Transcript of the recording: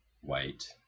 white